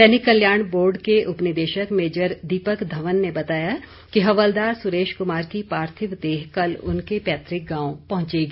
सैनिक कल्याण बोर्ड के उपनिदेशक मेजर दीपक धवन ने बताया कि हवलदार सुरेश कुमार की पार्थिव देह कल उनके पैतृक गांव पहुंचेगी